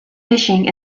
fishing